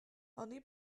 oni